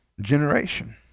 generation